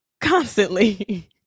constantly